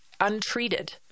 untreated